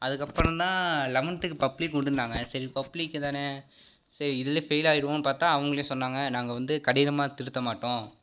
அதுக்கப்புறந்தான் லெவன்த்துக்கு பப்ளிக் உண்டுன்னாங்க சரி பப்ளிக்கு தானே சரி இதில் ஃபெயிலாயிடுவோன்னு பார்த்தா அவங்களே சொன்னாங்க நாங்கள் வந்து கடினமாக திருத்த மாட்டோம்